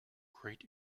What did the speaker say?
great